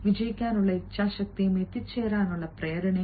വിജയിക്കാനുള്ള ഇച്ഛാശക്തിയും എത്തിച്ചേരാനുള്ള പ്രേരണയും